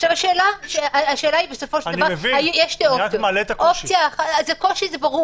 זה ברור